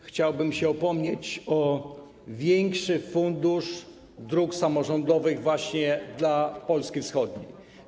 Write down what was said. Chciałbym się upomnieć o większe środki z Funduszu Dróg Samorządowych właśnie dla Polski Wschodniej.